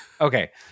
Okay